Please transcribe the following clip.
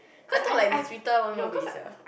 I thought like the sweeter one will be easier